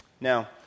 Now